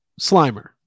Slimer